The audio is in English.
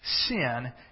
Sin